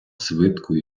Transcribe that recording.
свитку